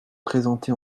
présenté